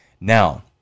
Now